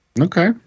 Okay